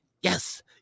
Yes